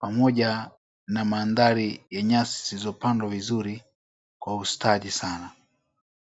pamoja na mandhari ya nyasi zilizopandwa vizuri kwa ustadi sana.